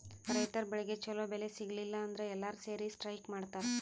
ರೈತರ್ ಬೆಳಿಗ್ ಛಲೋ ಬೆಲೆ ಸಿಗಲಿಲ್ಲ ಅಂದ್ರ ಎಲ್ಲಾರ್ ಸೇರಿ ಸ್ಟ್ರೈಕ್ ಮಾಡ್ತರ್